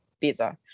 visa